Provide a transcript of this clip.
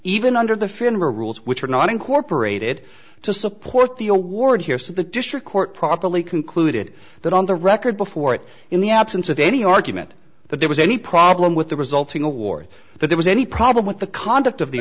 even under the finra rules which are not incorporated to support the award here says the district court properly concluded that on the record before it in the absence of any argument that there was any problem with the resulting award that there was any problem with the conduct of the